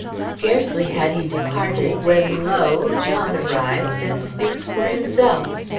scarcely had he departed, when lo! john arrives, and speaks for himself.